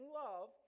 love